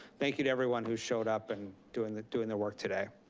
thank you to everyone who's showed up and doing the doing the work today.